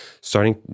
starting